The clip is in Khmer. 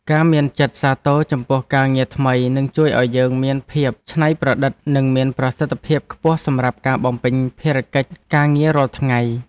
ការមានចិត្តសាទរចំពោះការងារថ្មីនឹងជួយឱ្យយើងមានភាពច្នៃប្រឌិតនិងមានប្រសិទ្ធភាពខ្ពស់សម្រាប់ការបំពេញភារកិច្ចការងាររាល់ថ្ងៃ។